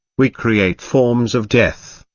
we create forms of death,